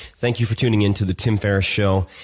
thank you for tuning in to the tim ferriss show.